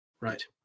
right